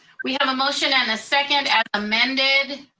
we have a motion and a second at amended.